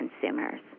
consumers